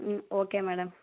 okay madam